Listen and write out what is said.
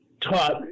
taught